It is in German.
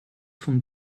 von